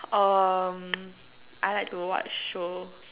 um I like to watch show